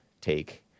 take